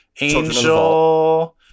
Angel